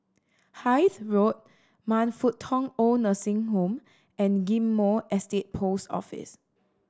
Hythe Road Man Fut Tong Old Nursing Home and Ghim Moh Estate Post Office